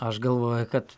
aš galvoju kad